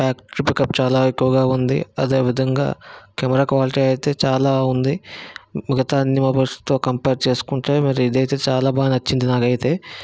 battery pickup చాలా ఏక్కువగా ఉంది అదే విధంగా కెమెరా క్వాలిట్ అయితే చాలా ఉంది మిగతా అన్నిమొబైల్స్తో కంపేర్ చేసుకుంటే మరి ఇదైతే చాలా బాగా నచ్చింది నాకు అయితే